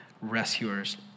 rescuers